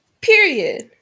Period